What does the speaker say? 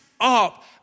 up